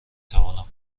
توانم